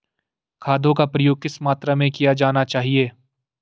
खादों का प्रयोग किस मात्रा में किया जाना चाहिए?